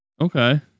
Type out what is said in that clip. Okay